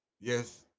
Yes